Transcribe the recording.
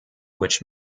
which